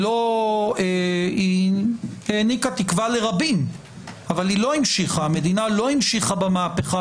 היא העניקה תקווה לרבים אבל המדינה לא המשיכה במהפכה